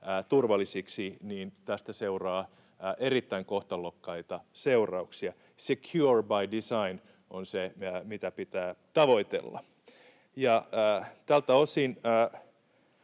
turvallisiksi, niin tästä seuraa erittäin kohtalokkaita seurauksia. Secure by design on se, mitä pitää tavoitella. Tältä osin